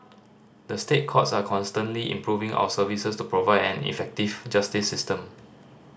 the State Courts are constantly improving our services to provide an effective justice system